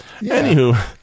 Anywho